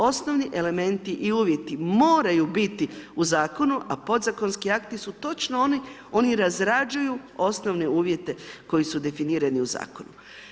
Osnovni elementi i uvjeti moraju biti u Zakonu, a Podzakonski akti su točno oni, oni razrađuju osnovne uvjete koji su definirani u Zakonu.